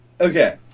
Okay